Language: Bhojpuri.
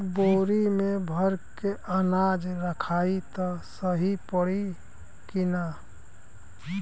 बोरी में भर के अनाज रखायी त सही परी की ना?